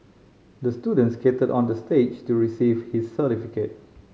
the student skated onto the stage to receive his certificate